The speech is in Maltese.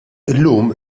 illum